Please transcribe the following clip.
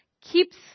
keeps